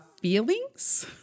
feelings